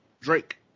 Drake